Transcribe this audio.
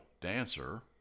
Dancer